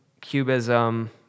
cubism